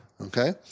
okay